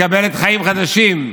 מקבלת חיים חדשים.